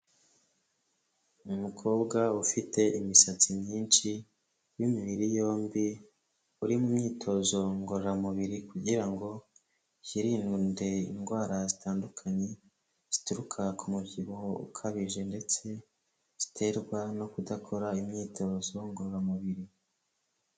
Umukobwa ufite imisatsi myinshi w'imibiri yombi, uri mu myitozo ngororamubiri kugira ngo yirinde indwara zitandukanye zituruka ku mubyibuho ukabije ndetse ziterwa no kudakora imyitozo ngororamubiri.